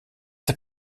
der